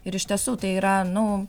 ir iš tiesų tai yra nu